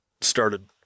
started